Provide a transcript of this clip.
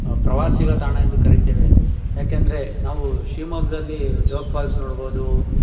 ನಾವು ಪ್ರವಾಸಿ ತಾಣ ಎಂದು ಕರೀತೇವೆ ಏಕೆಂದ್ರೆ ನಾವು ಶಿವಮೊಗ್ಗಲ್ಲಿ ಜೋಗ ಫಾಲ್ಸ್ ನೋಡ್ಬೋದು